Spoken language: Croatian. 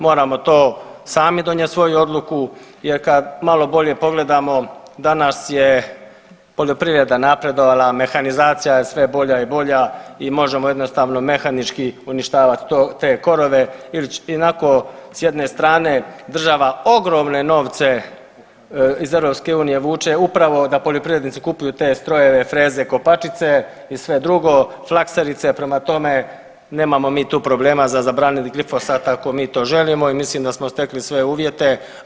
Moramo to sami donijet svoju odluku jer kad malo bolje pogledamo danas je poljoprivreda napredovala, mehanizacija je sve bolja i bolja i možemo jednostavno mehanički uništavat te korove i onako s jedne strane država ogromne novce iz EU vuče upravo da poljoprivrednici kupuju te strojeve, freze, kopačice i sve drugo, flakserice prema tome nemamo mi tu problema za zabraniti glifosat ako mi to želimo i mislim da smo stekli sve uvjete.